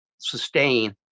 sustain